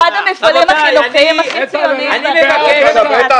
והמטרה שלה היא בעצם לממש את חזון בן גוריון